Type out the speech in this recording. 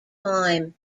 time